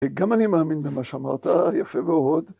‫גם אני מאמין במה שאמרת, ‫יפה מאוד.